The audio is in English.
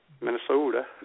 Minnesota